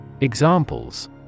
Examples